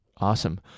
Awesome